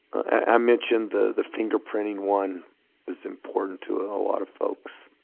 i mentioned the the fingerprinting one is important to a lot of folks.